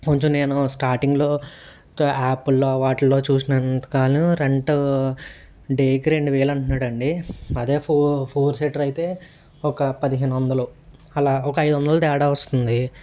కొంచెం నేను స్టార్టింగ్లో యాప్ల్లో వాటిల్లో చూసినంత కాను రెంట్ డేకి రెండు వేలు అంటున్నాడండి అదే ఫో ఫోర్ సీటర్ అయితే ఒక పదిహేను వందలు అలా ఒక ఐదు వందలు తేడా వస్తుంది